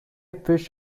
fish